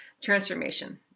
transformation